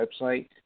website